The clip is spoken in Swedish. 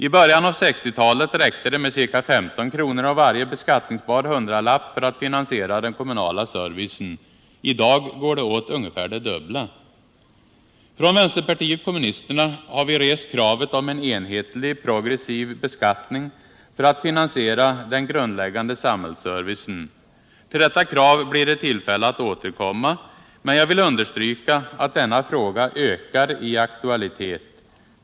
I början av 1960-talet räckte det med ca IS kr. av varje beskattningsbar hundralapp för att finansiera den kommunala servicen. I dag går det åt ungefär det dubbla. Från vänsterpartiet kommunisterna har vi rest kravet om en enhetligt progressiv beskattning för att finansiera den grundläggande samhällsservicen. Till detta krav blir det tillfälle att återkomma, men jag vill understryka att denna fråga ökar i aktualitet.